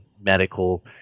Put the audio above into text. medical